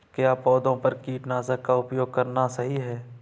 क्या पौधों पर कीटनाशक का उपयोग करना सही है?